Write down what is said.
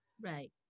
right